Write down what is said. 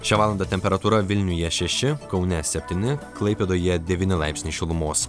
šią valandą temperatūra vilniuje šeši kaune septyni klaipėdoje devyni laipsniai šilumos